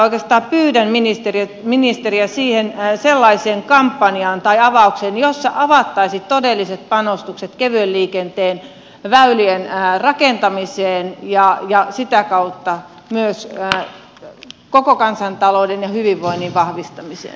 nyt pyydän ministeriä sellaiseen kampanjaan tai avaukseen jossa avattaisiin todelliset panostukset kevyen liikenteen väylien rakentamiseen ja sitä kautta myös koko kansantalouden ja hyvinvoinnin vahvistamiseen